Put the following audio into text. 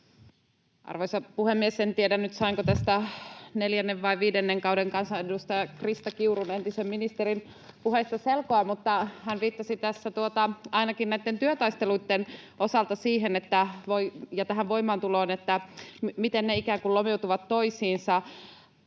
Arvoisa puhemies! En tiedä nyt, sainko tästä neljännen tai viidennen kauden kansanedustajan Krista Kiurun, entisen ministerin, puheesta selkoa, mutta hän viittasi ainakin näitten työtaisteluitten osalta tähän voimaantuloon, siihen, miten ne ikään kuin lomittuvat toisiinsa.